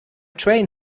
train